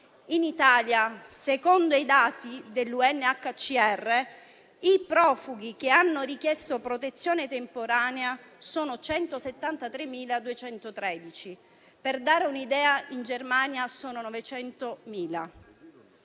Unite per i rifugiati (UNHCR), i profughi che hanno richiesto protezione temporanea sono 173.213. Per dare un'idea, in Germania sono 900.000;